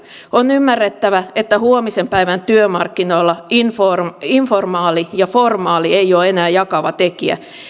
on ymmärrettävä että huomisen päivän työmarkkinoilla informaali informaali ja formaali ei ole enää jakava tekijä